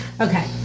okay